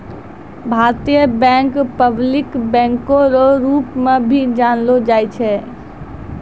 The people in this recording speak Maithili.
भारतीय बैंक पब्लिक बैंको रो रूप मे भी जानलो जाय छै